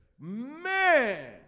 Man